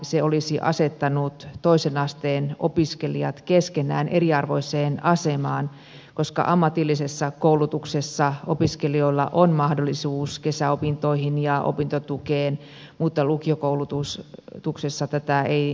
se olisi asettanut toisen asteen opiskelijat keskenään eriarvoiseen asemaan koska ammatillisessa koulutuksessa opiskelijoilla on mahdollisuus kesäopintoihin ja opintotukeen mutta lukiokoulutuksessa tätä ei olisi